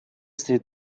стоит